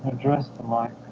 ah dressed alike